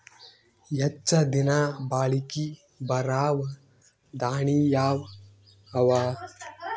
ಹೆಚ್ಚ ದಿನಾ ಬಾಳಿಕೆ ಬರಾವ ದಾಣಿಯಾವ ಅವಾ?